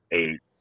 eight